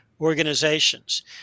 organizations